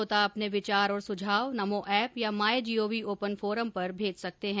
श्रोता अपने विचार और सुझाव नमो एप या माई जीओवी ओपन फोरम पर भेज सकते हैं